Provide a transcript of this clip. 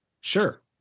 Sure